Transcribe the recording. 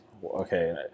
Okay